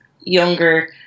younger